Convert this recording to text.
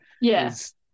Yes